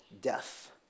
death